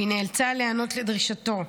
והיא נאלצה להיענות לדרישתו,